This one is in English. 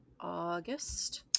August